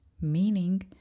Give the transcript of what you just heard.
Meaning